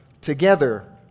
together